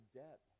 debt